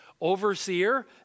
overseer